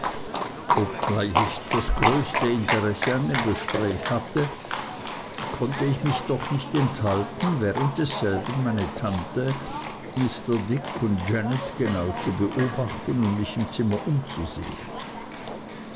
obgleich ich das größte interesse an dem gespräch hatte konnte ich mich doch nicht enthalten während desselben meine tante mr dick und janet genau zu beobachten und mich im zimmer umzusehen